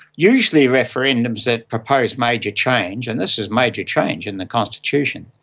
usually referendums that oppose major change, and this is major change in the constitution,